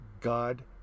God